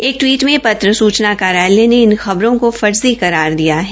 एक टवीट में में पत्र सूचना कार्यालय ने इन खबरों को फर्जी करार दिया है